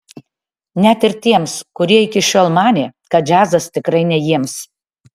net ir tiems kurie iki šiol manė kad džiazas tikrai ne jiems